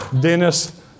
Dennis